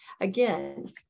Again